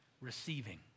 Receiving